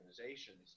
organizations